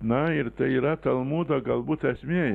na ir tai yra talmudo galbūt esmė